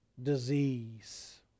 Disease